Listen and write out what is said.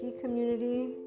community